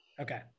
Okay